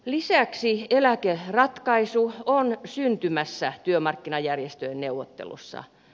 lisäksi eläkeratkaisu on syntymässä työmarkkinajärjestöjen neuvotteluissa